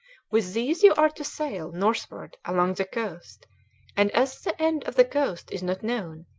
with these you are to sail northward along the coast and, as the end of the coast is not known,